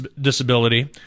disability